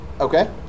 Okay